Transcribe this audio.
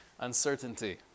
Uncertainty